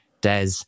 Des